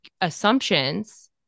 assumptions